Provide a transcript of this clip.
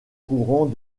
courant